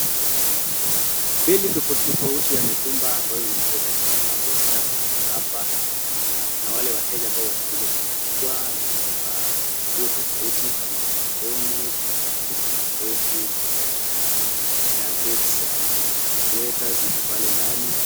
Bale tofauti tofauti za mitumba ambazo zimetoka nchi za ng'ambo zishafika hapa na kuna wale wateja ambao watakuja kuzichukua. Zimebeba nguo tofauti kama long'i , suruali ndefu, zina jackets , sweta ziko pale ndani.